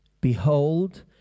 Behold